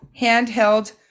handheld